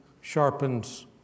sharpens